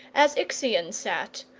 as ixion sat,